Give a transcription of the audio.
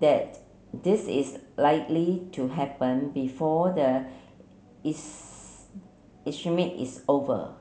that this is likely to happen before the is over